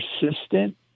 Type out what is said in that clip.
persistent